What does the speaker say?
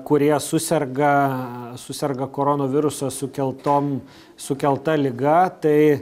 kurie suserga suserga korona viruso sukeltom sukelta liga tai